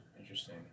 Interesting